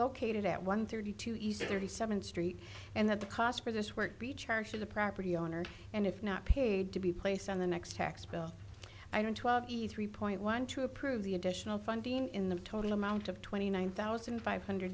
located at one thirty two thirty seven st and that the cost for this work be charged for the property owner and if not paid to be placed on the next tax bill i don't twelve three point one to approve the additional funding in the total amount of twenty nine thousand five hundred